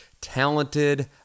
Talented